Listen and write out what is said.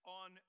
on